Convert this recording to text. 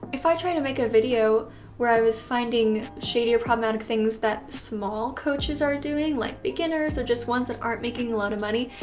if i try to make a video where i was finding shady or problematic things that small coaches are doing, like beginners or just ones that aren't making a lot of money,